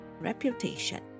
reputation